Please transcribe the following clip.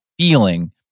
feeling